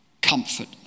comfort